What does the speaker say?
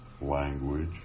language